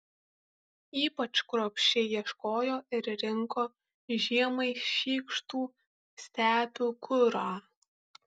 ypač kruopščiai ieškojo ir rinko žiemai šykštų stepių kurą